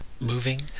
Moving